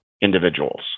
individuals